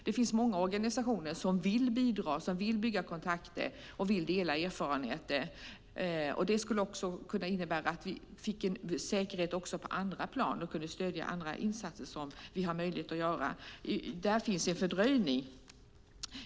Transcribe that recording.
Det finns många organisationer som vill bidra, bygga kontakter och dela erfarenheter. Det skulle kunna innebära att vi fick säkerhet på andra plan så att vi kan stödja andra insatser. Där finns en fördröjning.